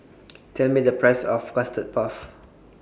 Tell Me The Price of Custard Puff